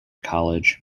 college